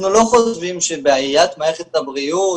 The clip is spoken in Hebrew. אנחנו לא חושבים שבעיית מערכת הבריאות